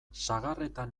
sagarretan